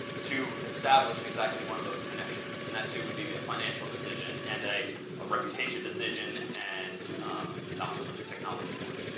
to establish exactly one of those connections. and that too would be be a financial decision and a a reputation decision. and not so much a technology one.